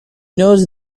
knows